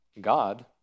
God